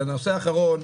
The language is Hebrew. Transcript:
הנושא האחרון,